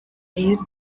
aired